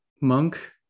monk